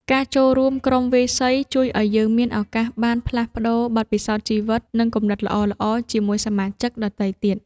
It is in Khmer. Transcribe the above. ការចូលរួមក្រុមវាយសីជួយឱ្យយើងមានឱកាសបានផ្លាស់ប្តូរបទពិសោធន៍ជីវិត និងគំនិតល្អៗជាមួយសមាជិកដទៃទៀត។